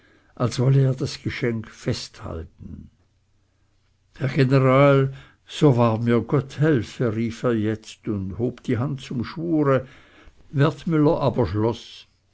als wolle er das geschenk festhalten herr general so wahr mir gott helfe rief er jetzt und hob die hand zum schwure wertmüller aber schloß